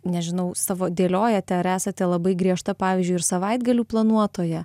nežinau savo dėliojate ar esate labai griežta pavyzdžiui ir savaitgalių planuotoja